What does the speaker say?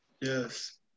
Yes